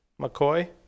mccoy